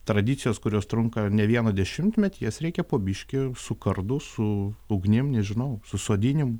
tradicijos kurios trunka ne vieną dešimtmetį jas reikia po biškį su kardu su ugnim nežinau su sodinimu